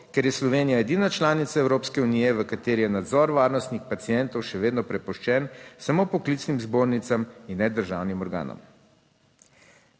ker je Slovenija edina članica Evropske unije, v kateri je nadzor varnostnih pacientov še vedno prepuščen samo poklicnim zbornicam in ne državnim organom.